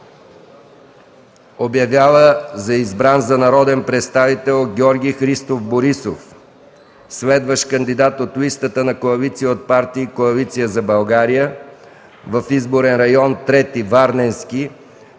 Обявява за избран за народен представител Георги Христов Борисов, следващ кандидат от листата на КП „Коалиция за България” в изборен район 03. Варненски